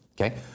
Okay